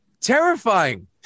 terrifying